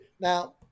Now